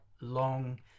long